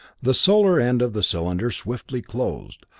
the solar end of the cylinder swiftly closed,